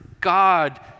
God